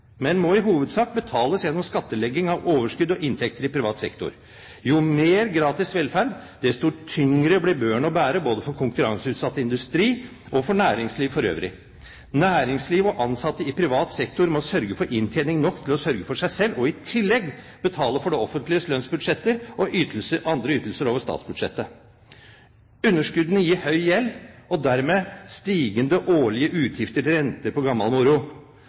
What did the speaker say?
men må i hovedsak betales gjennom skattlegging av overskudd og inntekter i privat sektor. Jo mer gratis velferd, desto tyngre blir børen å bære for både konkurranseutsatt industri og for næringsliv for øvrig. Næringsliv og ansatte i privat sektor må sørge for inntjening nok til å sørge for seg selv, og i tillegg betale for det offentliges lønnsbudsjetter og andre ytelser over statsbudsjettet. Underskuddene gir høy gjeld og dermed stigende årlige utgifter til renter på gammel